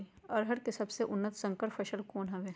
अरहर के सबसे उन्नत संकर फसल कौन हव?